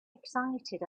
excited